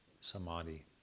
Samadhi